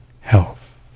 health